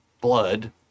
blood